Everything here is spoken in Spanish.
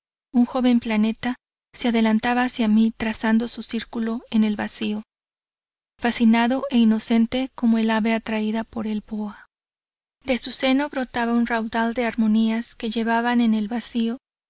un joven planeta se adelantaba hacia mi trazando su circulo en el vacío fascinado e inocente como el ave atraída por el boa de su seno brotaba un raudal de armonías que llevaban el vacío